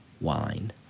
wine